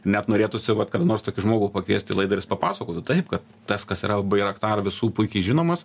net norėtųsi vat kada nors tokį žmogų pakviest į laidą ir jis papasakotų taip kad tas kas yra bairaktar visų puikiai žinomas